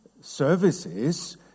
services